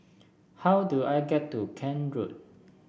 how do I get to Kent Road